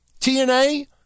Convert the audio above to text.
TNA